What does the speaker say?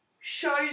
...shows